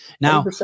now